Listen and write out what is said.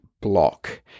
block